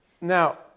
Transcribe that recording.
Now